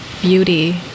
beauty